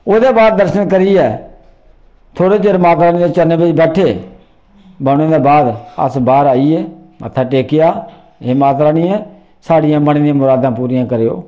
ओह्दे बाद दर्शन करियै थोह्ड़े चिर माता रानी दे चरणें बिच्च बैठे बौह्ने दे बाद अस बाह्र आई गे मत्था टेकेआ एह् माता रानिये साढ़ियां मनै दियां मुरादां पूरियां करेओ